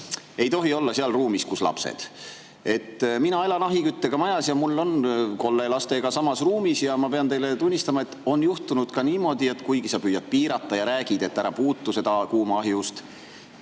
ei tohi olla seal ruumis, kus on lapsed. Mina elan ahiküttega majas ja mul on kolle lastega samas ruumis. Ja ma pean teile tunnistama, et on juhtunud niimoodi, et kuigi sa püüad piirata ja räägid, et ära puutu seda kuuma ahjuust